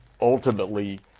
ultimately